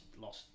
lost